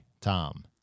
Tom